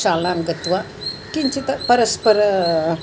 शालां गत्वा किञ्चित् परस्परम्